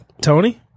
Tony